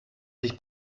sich